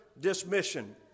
dismission